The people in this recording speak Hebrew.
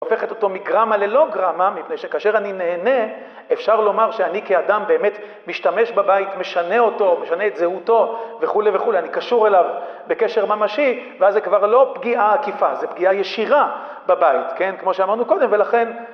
הופכת אותו מגרמא ללא גרמא, מפני שכאשר אני נהנה, אפשר לומר שאני כאדם באמת משתמש בבית, משנה אותו, משנה את זהותו וכולי וכולי, אני קשור אליו בקשר ממשי ואז זה כבר לא פגיעה עקיפה, זה פגיעה ישירה בבית, כן? כמו שאמרנו קודם ולכן